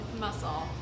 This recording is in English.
muscle